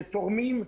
שתורמים...